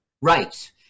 Right